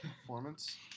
Performance